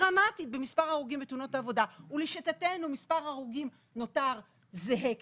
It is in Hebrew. דרמטית במספר ההורגים בתאונות עבודה ולשיטתנו מספר ההרוגים נותר זהה כמעט,